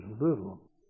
little